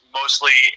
mostly